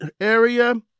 area